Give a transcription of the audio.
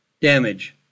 damage